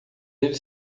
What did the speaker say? ele